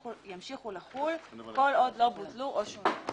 ימשיכו לחול כל עוד לא בוטלו או שונו.